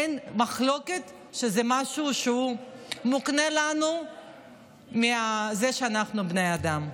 אין מחלוקת שזה משהו שמוקנה לנו מזה שאנחנו בני אדם.